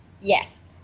Yes